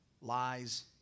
lies